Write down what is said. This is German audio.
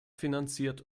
finanziert